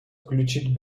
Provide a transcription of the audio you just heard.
включить